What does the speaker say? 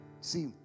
See